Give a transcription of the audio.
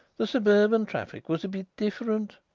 the suburban traffic was a bit different.